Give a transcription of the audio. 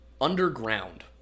Underground